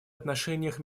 отношениях